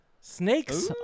Snakes